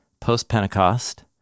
post-Pentecost